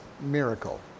miracle